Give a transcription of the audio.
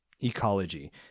ecology